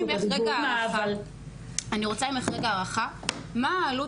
אז אני רוצה ממך כרגע הערכה מה העלות